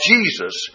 Jesus